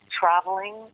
traveling